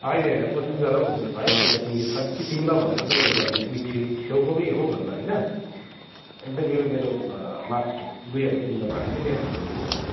होइन होइन कोसिस गरेर पनि हुँदैन भाइ किनकि यो साँच्चै तिमीलाई भनेको भए त म गरिदिन्थेँ छेउछेउकोमै हो भनेर होइन एकदम यो मेरो लास्ट हो दुई हजार तिमीलाई घटाइदिेएँ यहाँभन्दा म बेसी गर्नु सक्दिनँ